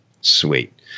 Sweet